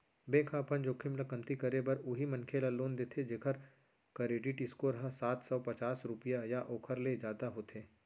bank ह अपन जोखिम ल कमती करे बर उहीं मनखे ल लोन देथे जेखर करेडिट स्कोर ह सात सव पचास रुपिया या ओखर ले जादा होथे